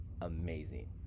amazing